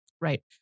Right